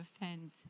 offend